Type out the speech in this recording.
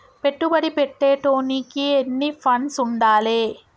పెట్టుబడి పెట్టేటోనికి ఎన్ని ఫండ్స్ ఉండాలే?